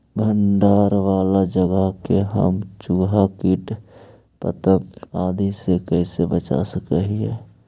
भंडार वाला जगह के हम चुहा, किट पतंग, आदि से कैसे बचा सक हिय?